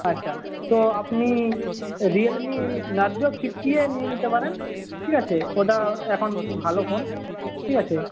আচ্ছা তো আপনি রিয়েলমি নারজো ফিফটি এ নিয়ে নিতে পারেন ঠিক আছে ওটা এখন ভালো ফোন ঠিক আছে